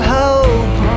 hope